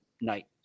night